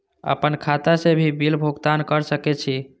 आपन खाता से भी बिल भुगतान कर सके छी?